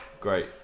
Great